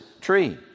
tree